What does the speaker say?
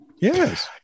Yes